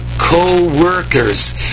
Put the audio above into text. co-workers